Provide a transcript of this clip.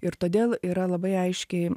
ir todėl yra labai aiškiai